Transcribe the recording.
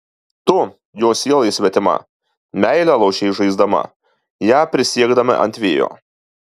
tu jo sielai svetima meilę lošei žaisdama ją prisiekdama ant vėjo